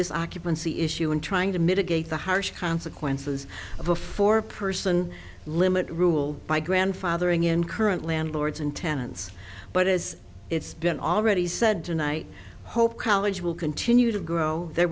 this occupancy issue and trying to mitigate the harsh consequences of a four person limit rule by grandfathering in current landlords and tenants but as it's been already said tonight hope college will continue to grow there